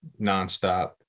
nonstop